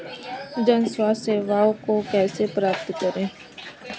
जन स्वास्थ्य सेवाओं को कैसे प्राप्त करें?